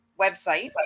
website